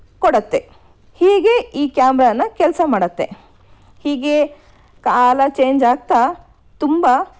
ಕೊಡತ್ತೆ ಹೀಗೆ ಈ ಕ್ಯಾಮ್ರಾನ ಕೆಲಸ ಮಾಡತ್ತೆ ಹೀಗೆ ಕಾಲ ಚೇಂಜ್ ಆಗ್ತಾ ತುಂಬ